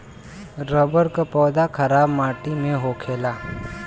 rubber क पौधा खराब माटी में भी होखेला